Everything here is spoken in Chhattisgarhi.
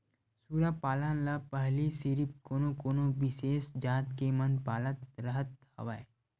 सूरा पालन ल पहिली सिरिफ कोनो कोनो बिसेस जात के मन पालत करत हवय